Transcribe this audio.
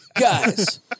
guys